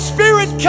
Spirit